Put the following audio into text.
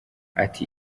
ati